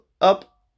up